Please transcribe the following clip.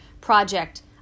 project